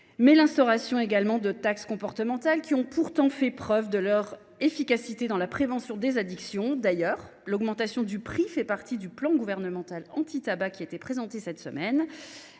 de l’instauration de taxes comportementales, qui ont pourtant fait la preuve de leur efficacité dans la prévention des addictions. D’ailleurs, l’augmentation du prix fait partie du plan gouvernemental antitabac présenté cette semaine.